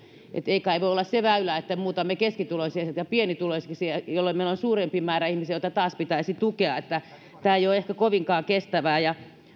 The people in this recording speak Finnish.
ei kai voi olla se väylä että muutamme keskituloisia pienituloisiksi jolloin meillä on suurempi määrä ihmisiä joita taas pitäisi tukea tämä ei ehkä ole kovinkaan kestävää ja